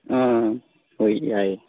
ꯑꯥ ꯍꯣꯏ ꯌꯥꯏꯌꯦ